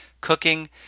cooking